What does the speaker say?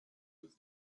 was